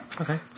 Okay